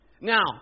Now